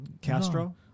Castro